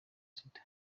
sida